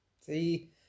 See